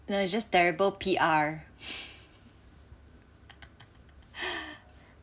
no it's just terrible P_R